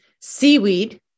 seaweed